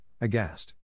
aghast